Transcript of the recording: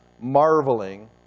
marveling